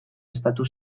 estatu